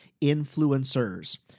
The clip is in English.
influencers